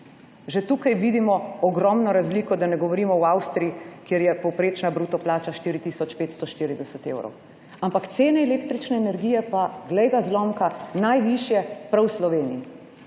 Že tukaj vidimo ogromno razliko, da ne govorim o Avstriji, kjer je povprečna bruto plača 4 tisoč 540 evrov. Ampak cene električne energije pa, glej ga zlomka, najvišje prav v Sloveniji,